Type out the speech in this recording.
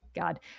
God